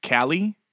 Callie